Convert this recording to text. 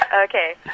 Okay